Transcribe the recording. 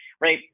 right